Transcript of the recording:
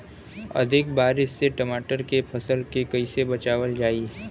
अधिक बारिश से टमाटर के फसल के कइसे बचावल जाई?